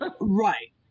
right